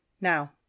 Now